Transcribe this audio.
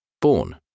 Born